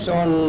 on